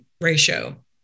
ratio